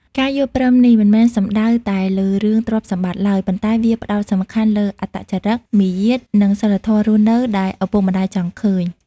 ការយល់ព្រមនេះមិនមែនសំដៅតែលើរឿងទ្រព្យសម្បត្តិឡើយ ប៉ុន្តែវាផ្ដោតសំខាន់លើអត្តចរិត មាយាទ និងសីលធម៌រស់នៅដែលឪពុកម្ដាយចង់ឃើញ។